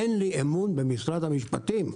אין לי אמון במשרד המשפטים.